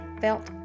felt